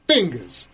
Fingers